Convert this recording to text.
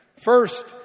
First